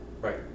Right